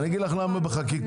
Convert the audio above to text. אני אגיד לך למה בחקיקה,